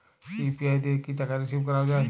UPI দিয়ে কি টাকা রিসিভ করাও য়ায়?